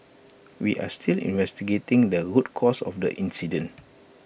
we are still investigating the root cause of the incident